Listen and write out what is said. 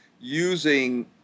using